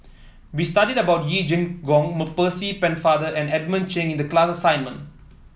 we studied about Yee Jenn Jong Mer Percy Pennefather and Edmund Chen in the class assignment